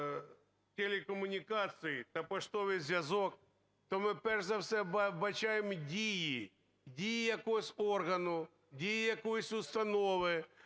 телекомунікації та поштовий зв'язок, то ми перш за все вбачаємо дії – дії якось органу, дії якоїсь установи,